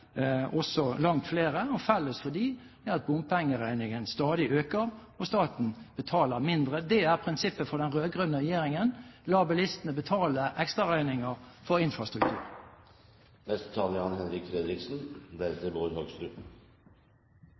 felles for disse er at bompengeregningen stadig øker, og staten betaler mindre. Det er prinsippet for den rød-grønne regjeringen: La bilistene betale ekstraregninger for infrastruktur. Det er